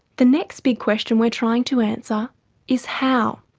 the next big question we are trying to answer is how.